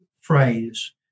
phrase